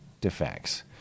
defects